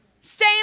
Stay